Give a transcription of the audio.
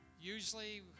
Usually